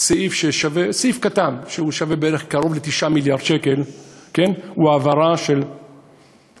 סעיף קטן ששווה בערך קרוב ל-9 מיליארד שקלים הוא העברה של מש"אות,